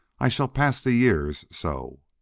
i shall pass the years so.